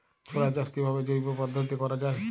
ছোলা চাষ কিভাবে জৈব পদ্ধতিতে করা যায়?